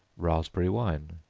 raspberry wine.